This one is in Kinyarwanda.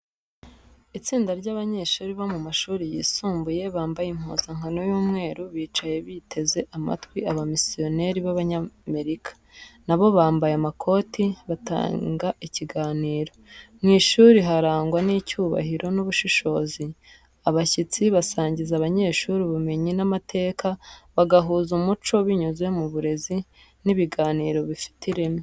Itsinda ry’abanyeshuri bo mu mashuri yisumbuye bambaye impuzankano y’umweru bicaye biteze amatwi abamisiyoneri b’Abanyamerika, na bo bambaye amakoti, batanga ikiganiro. Mu ishuri harangwa n’icyubahiro n’ubushishozi. Abashyitsi basangiza abanyeshuri ubumenyi n’amateka, bagahuza umuco binyuze mu burezi n’ibiganiro bifite ireme.